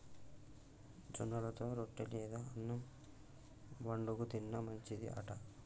జొన్నలతో రొట్టె లేదా అన్నం వండుకు తిన్న మంచిది అంట